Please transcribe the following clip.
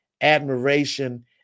admiration